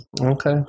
okay